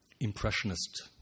impressionist